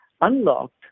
unlocked